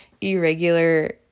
irregular